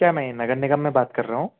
क्या मैं नगर निगम में बात कर रहा हूँ